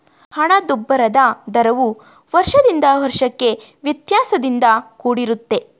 ಹಣದುಬ್ಬರದ ದರವು ವರ್ಷದಿಂದ ವರ್ಷಕ್ಕೆ ವ್ಯತ್ಯಾಸದಿಂದ ಕೂಡಿರುತ್ತೆ